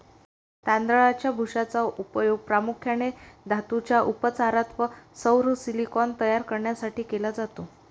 तांदळाच्या भुशाचा उपयोग प्रामुख्याने धातूंच्या उपचारात व सौर सिलिकॉन तयार करण्यासाठी केला जातो